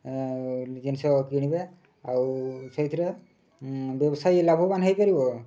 ଜିନିଷ କିଣିବା ଆଉ ସେଥିରେ ବ୍ୟବସାୟୀ ଲାଭବାନ ହୋଇପାରିବ